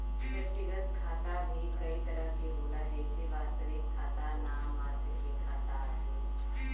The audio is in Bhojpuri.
व्यक्तिगत खाता भी कई तरह के होला जइसे वास्तविक खाता, नाम मात्र के खाता आदि